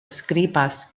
skribas